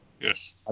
Yes